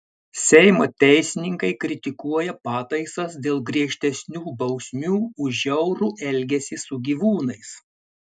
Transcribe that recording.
seimo teisininkai kritikuoja pataisas dėl griežtesnių bausmių už žiaurų elgesį su gyvūnais